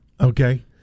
Okay